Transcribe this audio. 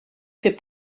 fait